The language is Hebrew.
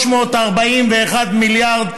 4.341 מיליארד,